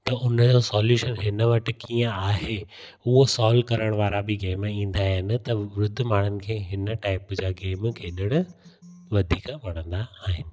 त उन जो सॉल्यूशन हिन वटि कीअं आहे उहो सॉल्व करण वारा बि गेम ईंदा आहिनि त वृद्ध माण्हुनि खे हिन टाइप जा गेम खेॾणु वधीक वणंदा आहिनि